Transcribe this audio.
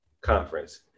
conference